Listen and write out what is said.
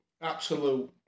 Absolute